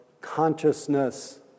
consciousness